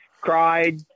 cried